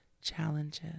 challenges